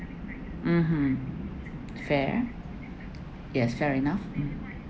mmhmm fair yes fair enough um